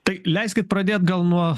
tai leiskit pradėt gal nuo